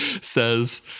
says